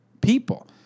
people